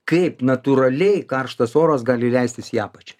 kaip natūraliai karštas oras gali leistis į apačią